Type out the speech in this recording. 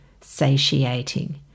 satiating